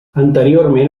anteriorment